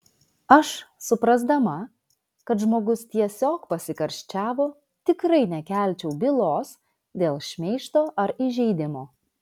aš suprasdama kad žmogus tiesiog pasikarščiavo tikrai nekelčiau bylos dėl šmeižto ar įžeidimo